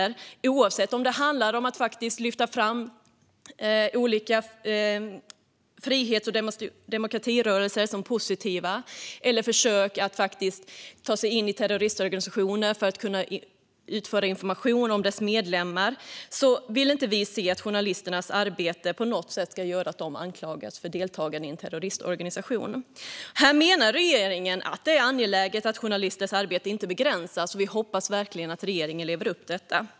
Det gäller oavsett om det handlar om att lyfta fram det positiva i olika frihets och demokratirörelser eller om försök att ta sig in i terroristorganisationer för att få information om deras medlemmar. Vi vill inte se att journalisternas arbete på något sätt ska göra att de anklagas för deltagande i en terroristorganisation. Här menar regeringen att det är angeläget att journalisters arbete inte ska begränsas, och vi hoppas verkligen att regeringen lever upp till detta.